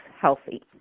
healthy